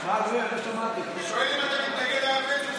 הוא שואל אם אתה מתנגד לרב בן צור.